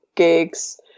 gigs